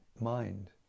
mind